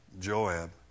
Joab